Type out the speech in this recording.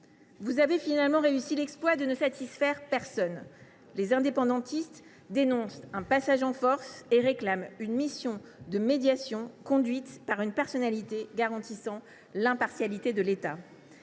Vous avez réussi l’exploit de ne satisfaire personne. Les indépendantistes dénoncent un passage en force et réclament une mission de médiation conduite par une personnalité garantissant l’impartialité de l’État,